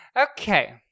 okay